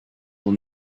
will